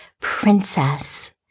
princess